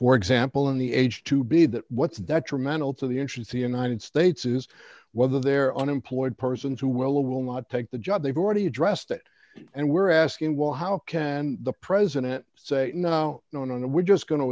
for example in the age to be that what's detrimental to the interest the united states is whether there are unemployed persons who will not take the job they've already addressed it and we're asking well how can the president say no no no no we're just going to